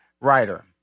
writer